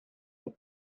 have